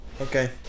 Okay